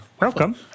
Welcome